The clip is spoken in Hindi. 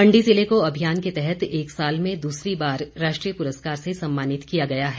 मण्डी जिले को अभियान के तहत एक साल में दूसरी बार राष्ट्रीय पुरस्कार से सम्मानित किया गया है